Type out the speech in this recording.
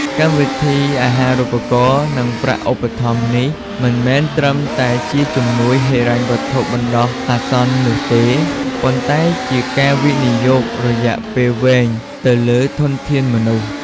កម្មវិធីអាហារូបករណ៍ និងប្រាក់ឧបត្ថម្ភនេះមិនមែនត្រឹមតែជាជំនួយហិរញ្ញវត្ថុបណ្ដោះអាសន្ននោះទេ ប៉ុន្តែជាការវិនិយោគរយៈពេលវែងទៅលើធនធានមនុស្ស។